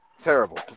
terrible